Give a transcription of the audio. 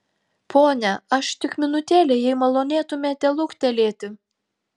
pone aš tik minutėlę jei malonėtumėte luktelėti